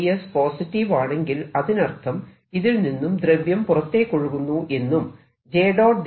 ds positive ആണെങ്കിൽ അതിനർത്ഥം ഇതിൽ നിന്നും ദ്രവ്യം പുറത്തേക്കൊഴുകുന്നു എന്നും j